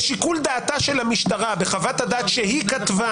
לשיקול דעתה של המשטרה בחוות הדעת שהיא כתבה